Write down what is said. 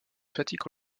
fatigue